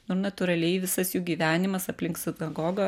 nu ir natūraliai visas jų gyvenimas aplink sinagogą